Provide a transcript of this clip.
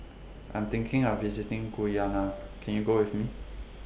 I'm thinking of visiting Guyana Can YOU Go with Me